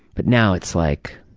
but now it's like,